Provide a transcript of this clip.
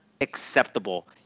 acceptable